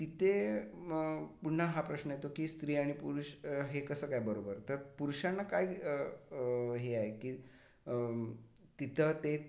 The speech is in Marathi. तिथे पुन्हा हा प्रश्न येतो की स्त्री आणि पुरुष हे कसं काय बरोबर तर पुरुषांना काय हे आहे की तिथं ते